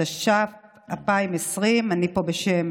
התש"ף 2020. אני פה בשם